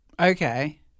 okay